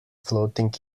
floating